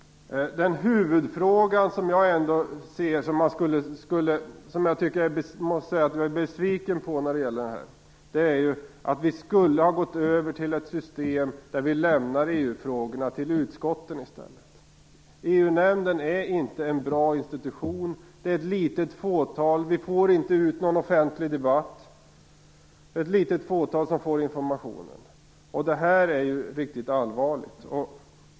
Det finns en huvudfråga där jag är besviken. Vi borde ha gått över till ett system där vi i stället lämnar EU-frågorna till utskotten. EU-nämnden är inte en bra institution. Vi får inte ut någon offentlig debatt, och det är ett litet fåtal som får informationen. Detta är riktigt allvarligt.